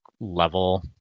level